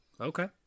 Okay